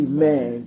Amen